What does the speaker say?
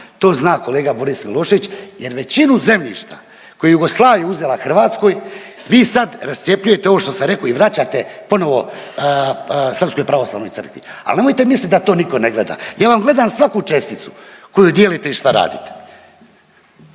to zna kolega Boris Milošević jer većinu zemljišta koju je Jugoslavija uzela Hrvatskoj, vi sad rascjepljujete ovo što sam rekao i vraćate, ponovo Srpskoj pravoslavnoj crkvi, ali nemojte misliti da to nitko ne gleda. Ja vam gledam svaku česticu koju dijelite i šta radite.